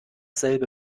selbe